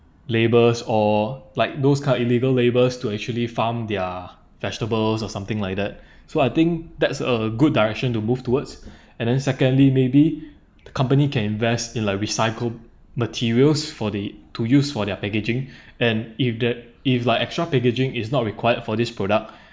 labours or like those kind illegal labours to actually farm their vegetables or something like that so I think that's a good direction to move towards and then secondly maybe the company can invest in like recycled materials for the to use for their packaging and if that if like extra packaging is not required for this product